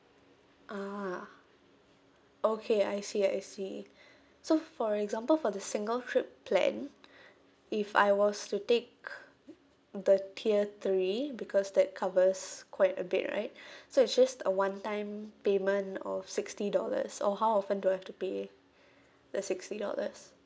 ah okay I see I see so for example for the single trip plan if I was to take the tier three because that covers quite a bit right so it's just a one time payment of sixty dollars or how often do I have to pay the sixty dollars